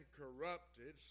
corrupted